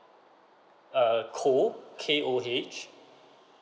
err koh K_O_H